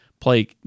play